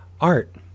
Art